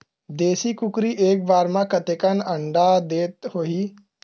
देशी कुकरी एक बार म कतेकन अंडा देत होही?